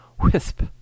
Wisp